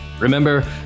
Remember